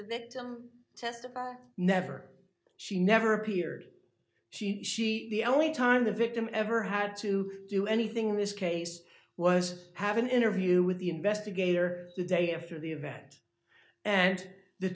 in the test never she never appeared she she the only time the victim ever had to do anything this case was have an interview with the investigator the day after the event and the